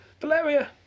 Valeria